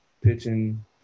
pitching